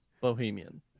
bohemian